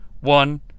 one